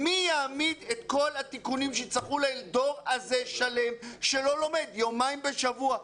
מי יעמיד את כל התיקונים שיצטרכו לדור הזה שלא לומד יומיים בשבוע?